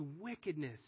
wickedness